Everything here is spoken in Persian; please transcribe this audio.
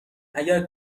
اگر